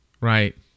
Right